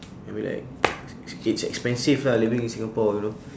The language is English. I mean like it's expensive lah living in singapore you know